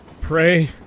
Pray